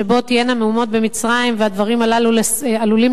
שתהיינה מהומות במצרים והדברים הללו עלולים